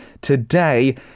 today